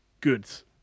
goods